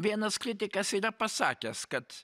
vienas kritikas yra pasakęs kad